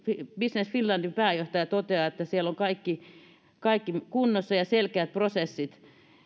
business finlandin pääjohtaja toteaa että siellä on kaikki kaikki kunnossa ja selkeät prosessit